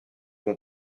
bon